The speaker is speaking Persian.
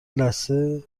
لثه